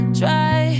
try